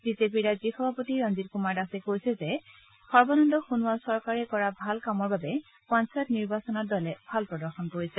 বিজেপিৰ ৰাজ্যিক সভাপতি ৰঞ্জিত কুমাৰ দাসে কৈছে যে সৰ্বানন্দ সোণোৱালৰ চৰকাৰে কৰা ভাল কামৰ বাবে পঞ্চায়ত নিৰ্বাচনত দলে ভাল প্ৰদৰ্শন কৰিছে